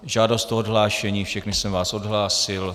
Žádost o odhlášení, všechny jsem vás odhlásil.